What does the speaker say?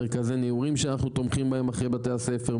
מרכזי נעורים שאנחנו תומכים בהם אחרי בתי הספר,